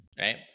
right